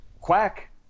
Quack